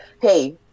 hey